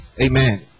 Amen